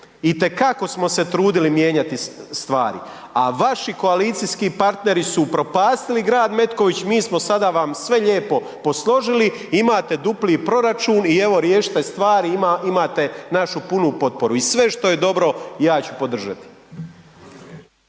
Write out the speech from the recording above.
I te kako smo se trudili mijenjati stvari, a vaši koalicijski partneri su upropastili grad Metković, mi smo sada vam sve lijepo posložili, imate dupli proračun i evo riješite stvar imate našu punu potporu. I sve što je dobro ja ću podržati.